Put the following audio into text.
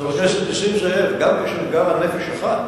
חבר כנסת נסים זאב, גם נפש אחת,